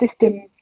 system